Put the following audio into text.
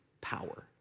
power